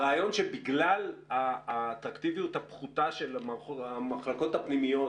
הרעיון שבגלל האטרקטיביות הפחותה של המחלקות הפנימיות